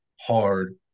hard